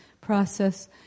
process